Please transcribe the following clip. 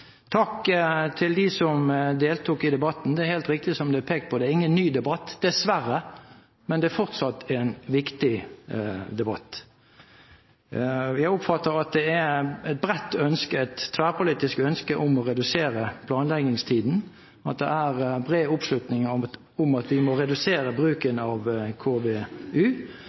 Takk til dem som deltok i debatten. Det er helt riktig som det ble pekt på: Det er ingen ny debatt – dessverre. Men det er fortsatt en viktig debatt. Jeg oppfatter at det er et bredt, tverrpolitisk ønske om å redusere planleggingstiden, at det er bred oppslutning om at vi må redusere bruken av KVU, og at vi må redusere effekten av